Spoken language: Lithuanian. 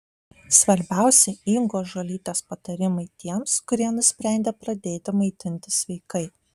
svarbiausi ingos žuolytės patarimai tiems kurie nusprendė pradėti maitintis sveikai